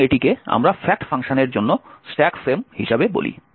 এবং এটিকে আমরা fact ফাংশনের জন্য স্ট্যাক ফ্রেম হিসাবে বলি